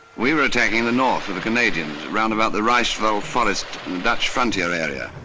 we were attacking the north with the canadians round about the reichswald forest and dutch frontier area.